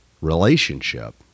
relationship